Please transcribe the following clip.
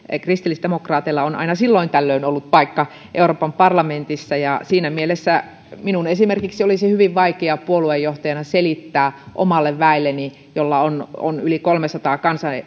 kristillisdemokraateilla on aina silloin tällöin ollut paikka euroopan parlamentissa ja siinä mielessä minun esimerkiksi olisi hyvin vaikea puoluejohtajana selittää omalle väelleni jolla on on yli kolmesataa